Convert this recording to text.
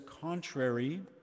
contrary